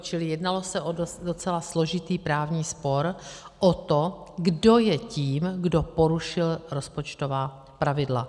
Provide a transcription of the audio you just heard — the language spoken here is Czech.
Čili jednalo se o docela složitý právní spor o to, kdo je tím, kdo porušil rozpočtová pravidla.